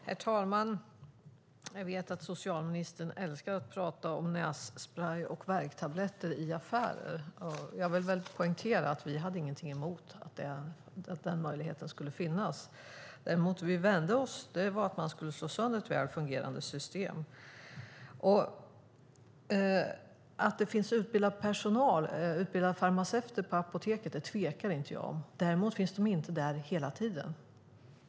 Herr talman! Jag vet att socialministern älskar att prata om nässprej och värktabletter i affärer. Jag vill poängtera att vi inte hade något emot att den möjligheten skulle finnas. Det vi vände oss emot var att man skulle slå sönder ett väl fungerande system. Att det finns utbildade farmaceuter på apoteken tvekar jag inte om. Däremot finns de inte där hela tiden.